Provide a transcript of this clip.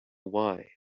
why